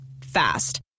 Fast